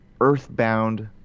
earthbound